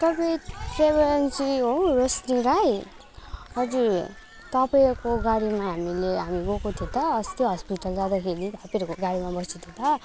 तपाईँ travel agency हो रेसमी राई हजुर तपाईँहरूको गाडीमा हामीले हामी गएको थियो त अस्ति हस्पिटल जाँदाखेरि तपाईँहरूको गाडीमा बसेको थियो त